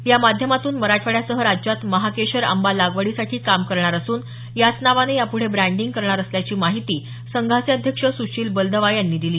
यामाध्यमातून मराठवाड्यासह राज्यात महाकेशर आंबा लागवडीसाठी काम करणार असून याच नावाने यापुढे ब्रँडिंग करणार असल्याची माहिती संघाचे अध्यक्ष सुशील बलदवा यांनी दिली